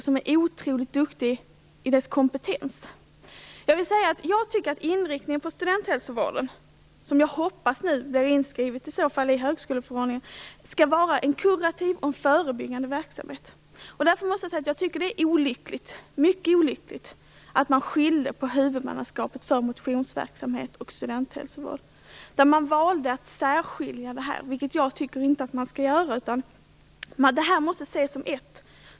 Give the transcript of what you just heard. Man är oerhört duktig inom sin kompetens. Jag tycker att inriktningen på studenthälsovårdens verksamhet - jag hoppas att det skrivs in i högskoleförordningen - skall vara kurativ och förebyggande. Därför är det olyckligt att man skilde på huvudmannaskapet för motionsverksamhet och studenthälsovård. Man valde att särskilja detta. Det tycker inte jag att man skall göra. Det här måste i stället ses som en helhet.